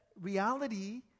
reality